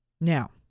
now